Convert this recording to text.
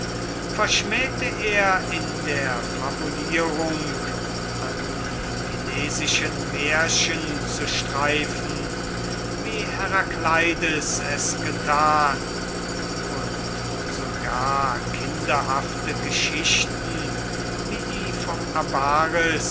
verschmähte er in der fabulierung an die milesischen märchen zu streifen wie herakleides es getan und so gar kinderhafte geschichten wie die vom